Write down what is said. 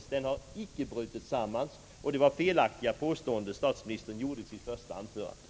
Vår politik har icke brutit samman. Det var ett av de felaktiga påståenden statsministern gjorde i sitt första anförande.